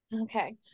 okay